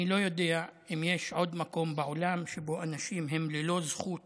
אני לא יודע אם יש עוד מקום בעולם שבו אנשים הם ללא זכות